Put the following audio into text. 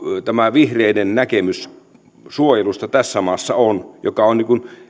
vihreiden näkemys suojelusta tässä maassa mikä on